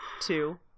two